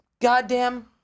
goddamn